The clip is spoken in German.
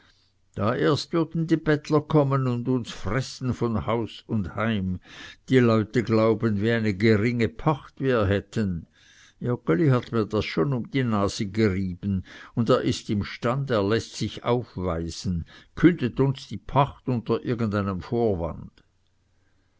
da erst würden die bettler kommen und uns fressen von haus und heim die leute glauben wie eine geringe pacht wir hätten joggeli hat mir das schon um die nase gerieben und er ist imstand er läßt sich aufweisen kündet uns die pacht unter irgend einem vorwand